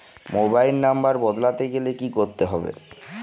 Mobile number বদলাতে গেলে কি করতে হবে?